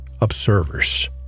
Observers